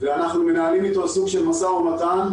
ואנחנו מנהלים איתו סוג של משא ומתן,